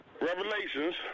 Revelations